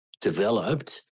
developed